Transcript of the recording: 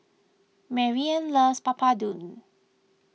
Marian loves Papadum